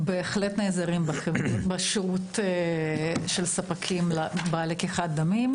אנחנו בהחלט נעזרים בשירות של ספקים לצורך לקיחת דמים.